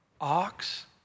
ox